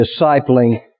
discipling